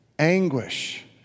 anguish